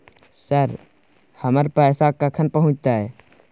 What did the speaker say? Sir, हमर पैसा कखन पहुंचतै?